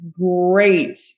great